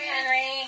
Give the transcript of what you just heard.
Henry